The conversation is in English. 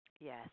Yes